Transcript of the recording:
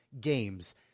games